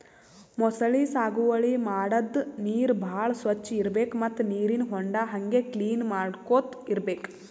ಮೊಸಳಿ ಸಾಗುವಳಿ ಮಾಡದ್ದ್ ನೀರ್ ಭಾಳ್ ಸ್ವಚ್ಚ್ ಇರ್ಬೆಕ್ ಮತ್ತ್ ನೀರಿನ್ ಹೊಂಡಾ ಹಂಗೆ ಕ್ಲೀನ್ ಮಾಡ್ಕೊತ್ ಇರ್ಬೆಕ್